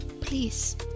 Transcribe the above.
please